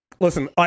listen